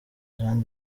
jean